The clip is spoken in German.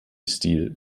stil